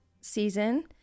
season